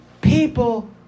People